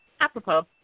apropos